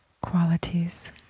qualities